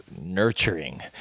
nurturing